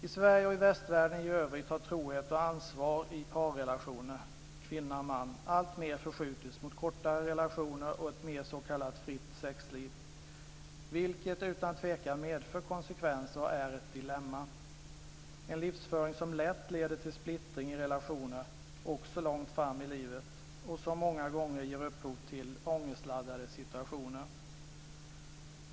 I Sverige och i västvärlden i övrigt har trohet och ansvar i parrelationer, kvinna-man, alltmer förskjutits mot kortare relationer och ett mer s.k. fritt sexliv, vilket utan tvekan medför konsekvenser och är ett dilemma. Det är en livsföring som lätt leder till splittring i relationer också långt fram i livet, och som många gånger ger upphov till ångestladdade situationer.